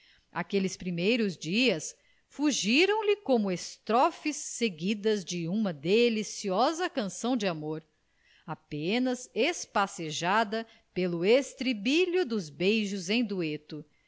aqueles primeiros dias fugiram lhe como estrofes seguidas de uma deliciosa canção de amor apenas espacejada pelo estribilho dos beijos em dueto